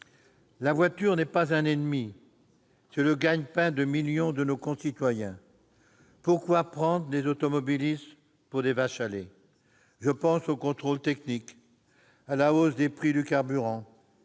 La voiture n'est pas un ennemi : c'est le gagne-pain de millions de nos concitoyens. Pourquoi prendre les automobilistes pour des vaches à lait ? Je pense au contrôle technique, à la hausse du prix des carburants,